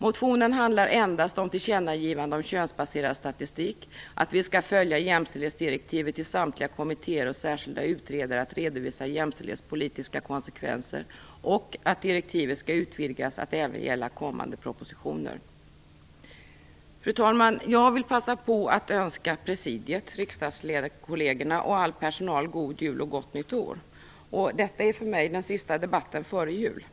Motionen handlar endast om tillkännagivande av könsbaserad statistik, att vi skall följa det jämställdhetsdirektiv som getts till samtliga kommittéer och särskilda utredare om att redovisa jämställdhetspolitiska konsekvenser och att direktivet skall utvidgas till att även gälla kommande propositioner. Fru talman! Jag vill passa på att önska presidiet, riksdagskollegerna och all personal en god jul och ett gott nytt år. Detta är för mig den sista debatten före jul.